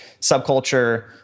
subculture